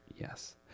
yes